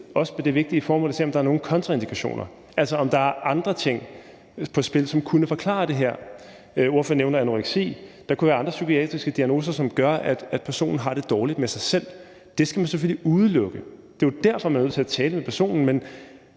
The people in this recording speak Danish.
også med det vigtige formål at se, om der er nogen kontraindikationer, altså om der er andre ting på spil, som kunne forklare det her. Ordføreren nævner anoreksi, og der kunne være andre psykiatriske diagnoser, som gør, at personen har det dårligt med sig selv. Det skal man selvfølgelig udelukke, og det er jo derfor, man er nødt til at tale med personen. Det